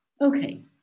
Okay